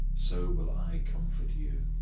so will i comfort you.